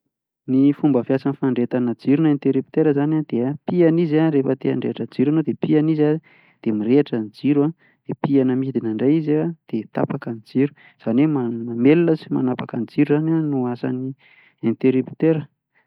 Ny fomba fiasan'ny fandrehetana jiro na interuptera izany an dia pihina izy rehefa te handrehitra jiro ianao an, dia pihina izy an dia mirehatra ny jiro dia pihina mihidina indray izy an dia tapaka ny jiro, izany hoe mamelona sy manapaka ny jiro izany an no asan'ny interuptera.